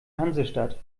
hansestadt